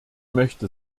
möchte